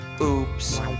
oops